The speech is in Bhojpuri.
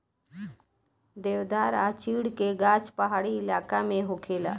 देवदार आ चीड़ के गाछ पहाड़ी इलाका में होखेला